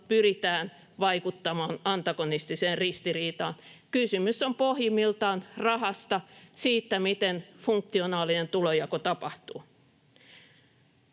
pyritään vaikuttamaan antagonistiseen ristiriitaan. Kysymys on pohjimmiltaan rahasta — siitä, miten funktionaalinen tulonjako tapahtuu.